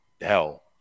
hell